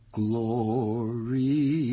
glory